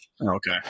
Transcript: okay